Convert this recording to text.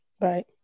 Right